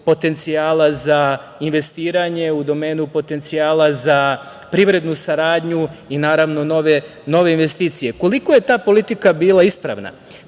potencijala za investiranje, u domenu potencijala za privrednu saradnju i naravno nove investicije. Koliko je ta politika bila ispravna,